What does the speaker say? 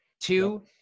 Two